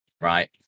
right